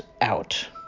out